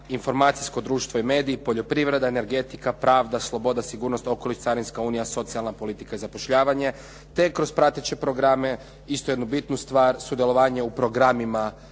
informacijsko društvo i mediji, poljoprivreda, energetika, pravda, sloboda, sigurnost okoli, carinska unija, socijalna politika i zapošljavanje te kroz prateće programe, isto jednu bitnu stvar, sudjelovanje u programima